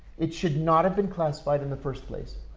it should not have been classified in the first place.